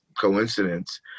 coincidence